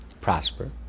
prosper